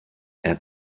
add